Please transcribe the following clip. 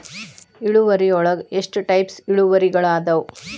ಇಳುವರಿಯೊಳಗ ಎಷ್ಟ ಟೈಪ್ಸ್ ಇಳುವರಿಗಳಾದವ